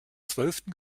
zwölften